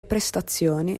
prestazioni